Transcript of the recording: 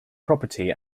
property